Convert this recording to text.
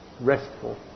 Restful